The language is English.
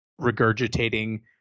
regurgitating